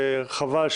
את רובי ריבלין,